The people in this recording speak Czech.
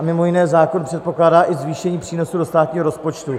A mimo jiné zákon předpokládá i zvýšení přínosu do státního rozpočtu.